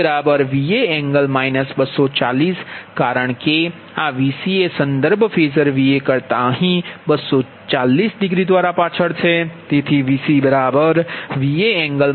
એજ રીતે VcVa∠ 240 કારણ કે આ Vc એ સંદર્ભ ફેઝર Va કરતા અહીં 240દ્વારા પાછળ છે